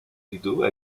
rideaux